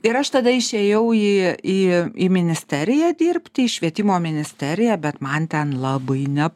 ir aš tada išėjau į į į ministeriją dirbti į švietimo ministeriją bet man ten labai ne